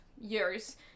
years